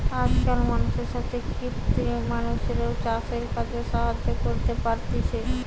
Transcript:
আজকাল মানুষের সাথে কৃত্রিম মানুষরাও চাষের কাজে সাহায্য করতে পারতিছে